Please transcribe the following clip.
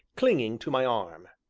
clinging to my arm.